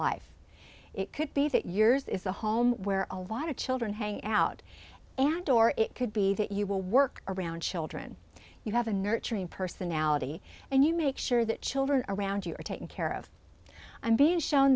life it could be that yours is a home where a lot of children hang out and or it could be that you will work around children you have a nurturing personality and you make sure that children around you are taken care of i'm being shown